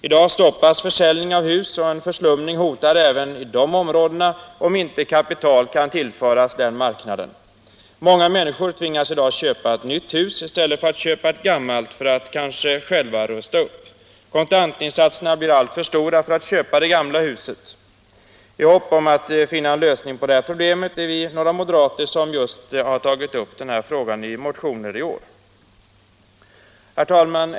I dag stoppas försäljningen av hus, och en förslumning hotar även i dessa områden, om inte kapital kan tillföras den marknaden. Många människor tvingas i dag att köpa ett nytt hus i stället för att köpa ett gammalt för att kanske själva rusta upp det, därför att kontantinsatserna blir alltför stora för att man skall kunna köpa det gamla huset. I hopp om att finna en lösning på det problemet är vi några moderater som också har tagit upp den här frågan i motioner i år. Herr talman!